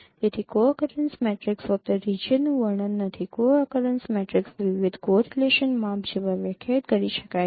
તેથી co occurrence matrix ફક્ત રિજિયનનું વર્ણન નથી કો અકરેન્સ મેટ્રિક્સ વિવિધ કો રિલેશન માપ જેવા વ્યાખ્યાયિત કરી શકાય છે